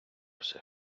все